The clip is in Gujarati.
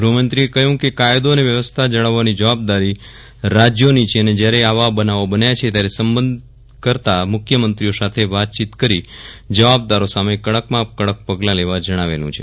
ગૃહમંત્રીએ કહ્યું કે કાયદો અને વ્યવસ્થા જાળવવાની જવાબદારી રાજયોની છે અને જયારે જ્યારે આવા બનાવો બન્યા છે ત્યારે સંબંધકર્તા મુખ્યમંત્રીઓ સાથે વાતચીત કરી જવાબદારો સામે કડકમાં કડક પગલાં લેવા જણાવેલું છે